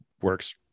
works